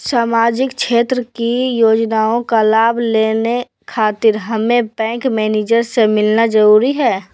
सामाजिक क्षेत्र की योजनाओं का लाभ लेने खातिर हमें बैंक मैनेजर से मिलना जरूरी है?